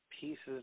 pieces